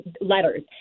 letters